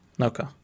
Okay